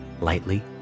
lightly